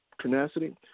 tenacity